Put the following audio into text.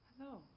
Hello